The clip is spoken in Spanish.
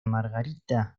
margarita